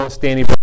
Danny